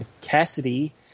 Cassidy